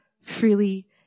freely